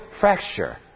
fracture